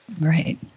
Right